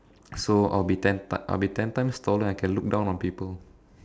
so I'll be ten I'll be ten times taller and I can look down on people